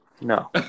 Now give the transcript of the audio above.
no